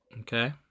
Okay